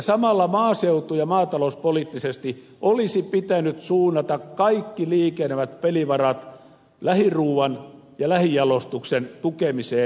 samalla maaseutu ja maatalouspoliittisesti olisi pitänyt suunnata kaikki liikenevät pelivarat lähiruuan ja lähijalostuksen tukemiseen